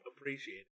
appreciate